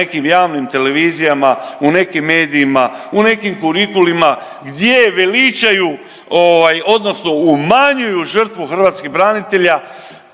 nekim javnim televizijama, u nekim medijima, u nekim kurikulima gdje veličaju odnosno umanjuju žrtvu hrvatskih branitelja